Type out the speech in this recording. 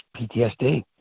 ptsd